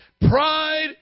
Pride